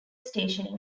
station